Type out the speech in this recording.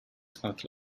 smart